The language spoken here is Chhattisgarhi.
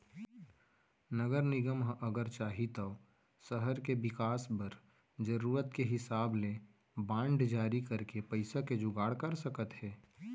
नगर निगम ह अगर चाही तौ सहर के बिकास बर जरूरत के हिसाब ले बांड जारी करके पइसा के जुगाड़ कर सकत हे